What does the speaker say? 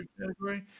category